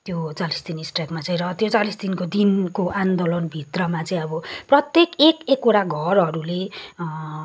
र त्यो चालिस दिनको स्ट्राइकमा चाहिँ र त्यो चालिस दिनको दिनको आन्दोलन भित्रमा चाहिँ अब प्रत्येक एक एकवटा घरहरूले